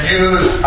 use